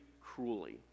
cruelly